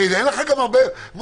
הרי אין הרבה מוסדות.